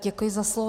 Děkuji za slovo.